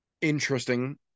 interesting